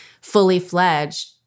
fully-fledged